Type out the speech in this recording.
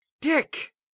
dick